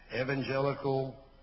Evangelical